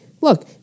Look